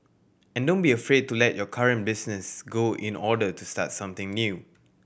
and don't be afraid to let your current business go in order to start something new